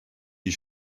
die